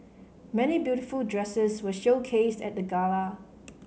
many beautiful dresses were showcased at the gala